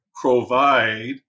provide